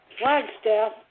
Flagstaff